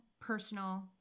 personal